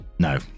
No